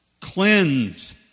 Cleanse